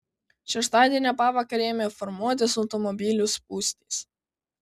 šeštadienio pavakarę ėmė formuotis automobilių spūstys